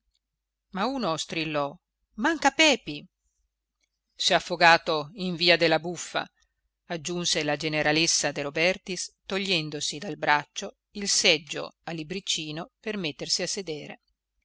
ma uno strillò manca pepi s'è affogato in via della buffa aggiunse la generalessa de robertis togliendosi dal braccio il seggio a libriccino per mettersi a sedere